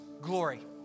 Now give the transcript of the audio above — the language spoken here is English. glory